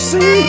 See